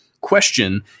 question